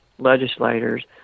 Legislators